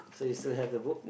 so you still have the book